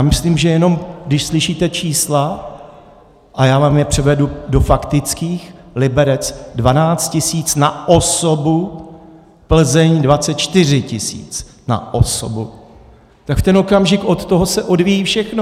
Myslím, že jenom když slyšíte čísla, a já vám je převedu do faktických, Liberec 12 tisíc na osobu, Plzeň 24 tisíc na osobu, tak v ten okamžik od toho se odvíjí všechno.